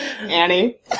Annie